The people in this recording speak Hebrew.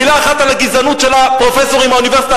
מלה אחת על הגזענות של הפרופסורים מהאוניברסיטה,